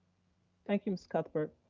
thank you, ms. cuthbert.